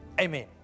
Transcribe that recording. Amen